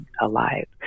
alive